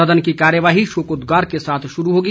सदन की कार्यवाही शोकोद्गार के साथ शुरू होगी